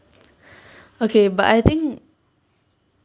okay but I think